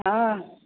हँ